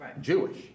Jewish